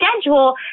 schedule